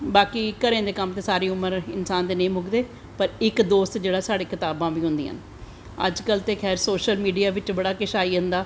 बाकी घरें दे कम्म ते सारी उमर नेंई मुकदे पर इक दोस्त जेह्ड़ा साढ़ी कताबां बी होंदियां न अज्ज कल ते खैर सोशल मीडिया बिच्च बड़ा किश आई जंदा